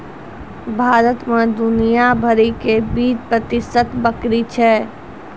भारत मे दुनिया भरि के बीस प्रतिशत बकरी छै